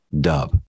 dub